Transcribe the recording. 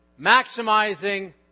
Maximizing